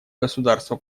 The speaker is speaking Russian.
государство